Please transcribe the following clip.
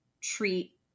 treat